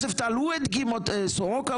וסורוקה,